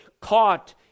caught